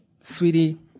sweetie